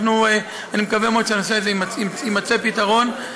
ואני מקווה מאוד שלנושא הזה יימצא פתרון,